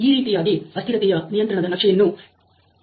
ಈ ರೀತಿಯಾಗಿ ಅಸ್ಥಿರತೆಯ ನಿಯಂತ್ರಣದ ನಕ್ಷೆಯನ್ನು ಈ ಯೋಜಿಸಲಾಗಿದೆ